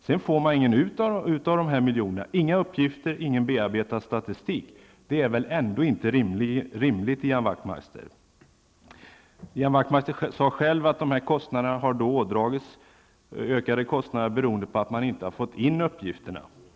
Sedan får man inte ut något av de här miljonerna, inga uppgifter, ingen bearbetad statistik. Det är väl ändå inte rimligt, Ian Ian Wachtmeister sade själv att de ökade kostnaderna har åsamkats på grund av att man inte har fått in uppgifterna.